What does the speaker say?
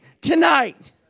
tonight